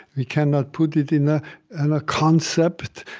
we cannot put it in a and ah concept.